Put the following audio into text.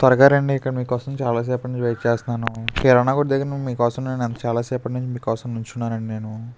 త్వరగా రండి ఇక్కడ మీకోసం చాలా సేపటి నుంచి వెయిట్ చేస్తున్నాను కిరాణా కొట్టు దగ్గర మీ కోసం నేను చాలా సేపటి నుంచి మీ కోసం నిలుచున్నానండి నేను